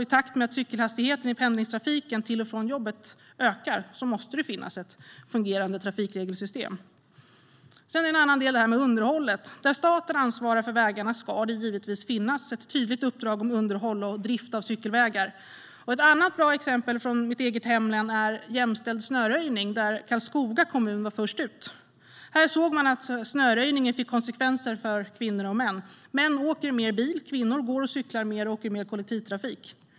I takt med att cykelhastigheten i pendlingstrafiken till och från jobbet ökar måste det finnas ett fungerande trafikregelsystem. En annan del är underhållet. Där staten ansvarar för vägarna ska det givetvis finnas ett tydligt uppdrag om underhåll och drift av cykelvägar. Ett bra exempel från mitt eget hemlän är jämställd snöröjning, där Karlskoga kommun var först ut. Man såg att snöröjningen fick olika konsekvenser för kvinnor och män. Män åker oftare bil. Kvinnor går och cyklar mer och åker mer kollektivtrafik.